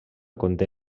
conté